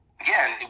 again